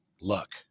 luck